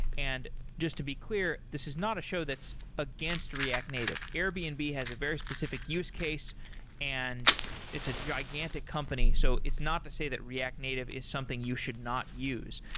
and just to be clear, this is not a show that's against react native. airbnb has a very specific use case and it's a gigantic company, so it's not to say that react native is something you should not use.